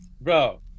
bro